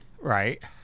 Right